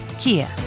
Kia